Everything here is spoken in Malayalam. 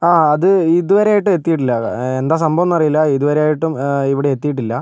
ആ അത് ഇതുവരെ ആയിട്ടു എത്തിയിട്ടില്ല എന്താ സംഭവം എന്ന് അറിയില്ല ഇതുവരെ ആയിട്ടും ഇവിടെ എത്തിയിട്ടില്ല